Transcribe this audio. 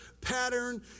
pattern